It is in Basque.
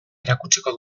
erakutsiko